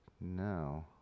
No